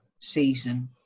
season